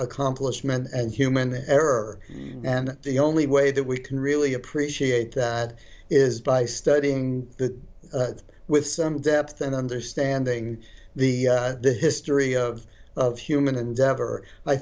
accomplishment and human error and the only way that we can really appreciate that is by studying it with some depth and understanding the history of human endeavor i